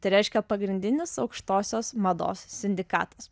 tai reiškia pagrindinis aukštosios mados sindikatas